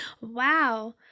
Wow